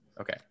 Okay